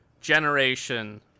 generation